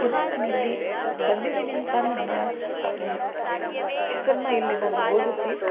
ಪುನಃ ನಾನಿಲ್ಲಿ ಬಂದಿದ್ದೀನಿ ಅಂತ ನನ್ನ ಹೆಸ್ರನ್ನ ಇಲ್ಲಿ ನಾನು ನಮೂದಿಸಿ